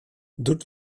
doet